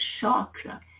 chakra